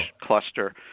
cluster